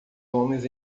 homens